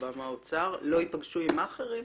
בא מהאוצר לא ייפגשו עם מאכערים,